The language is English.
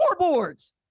scoreboards